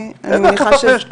איזה ערך מוסף יש לו.